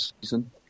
season